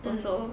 mm